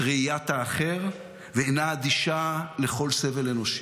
ראיית האחר והיא אינה אדישה לכל סבל אנושי.